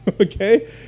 Okay